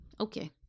Okay